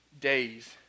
Days